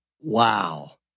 Wow